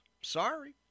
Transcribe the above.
Sorry